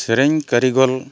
ᱥᱮᱨᱮᱧ ᱠᱟᱹᱨᱤᱜᱚᱞ